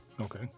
okay